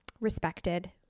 respected